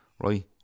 right